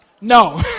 No